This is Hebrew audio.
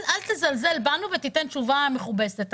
אל תזלזל בנו ותיתן תשובה מכובסת.